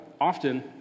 Often